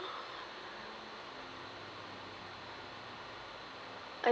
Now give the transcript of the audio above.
I